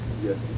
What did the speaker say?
Yes